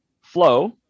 flow